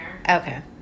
Okay